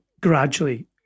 gradually